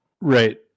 Right